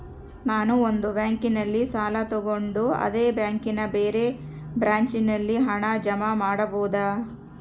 ನಾನು ಒಂದು ಬ್ಯಾಂಕಿನಲ್ಲಿ ಸಾಲ ತಗೊಂಡು ಅದೇ ಬ್ಯಾಂಕಿನ ಬೇರೆ ಬ್ರಾಂಚಿನಲ್ಲಿ ಹಣ ಜಮಾ ಮಾಡಬೋದ?